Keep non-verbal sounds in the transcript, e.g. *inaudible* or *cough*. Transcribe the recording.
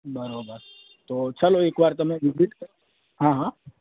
બરાબર તો ચાલો એકવાર તમે વિઝિટ ક *unintelligible* હા હા